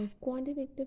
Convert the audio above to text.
quantitative